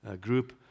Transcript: group